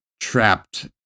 trapped